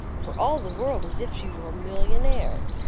for all the world as if she were a millionaire!